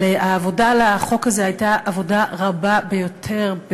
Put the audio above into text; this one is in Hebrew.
אבל העבודה על החוק הזה הייתה עבודה רבה ביותר,